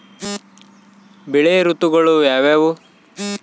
ಬೆಳೆ ಋತುಗಳು ಯಾವ್ಯಾವು?